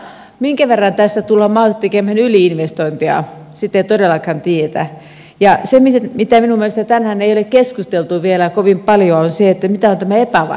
minkä verran tässä tullaan mahdollisesti tekemään yli investointeja sitä ei todellakaan tiedetä ja se mistä minun mielestäni tänään ei ole keskusteltu vielä kovin paljon on se mitä on tämä epävarmuus